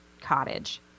cottage